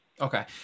Okay